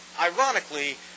ironically